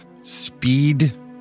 speed